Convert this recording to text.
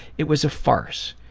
it was a farce,